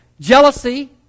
Jealousy